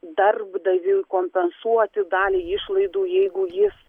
darbdaviui kompensuoti dalį išlaidų jeigu jis